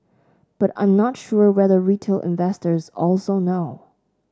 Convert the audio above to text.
but I'm not sure whether retail investors also know